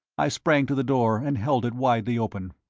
i sprang to the door and held it widely open.